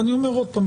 ואני אומר עוד פעם,